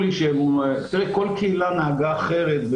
תראה, כל קהילה נהגה אחרת.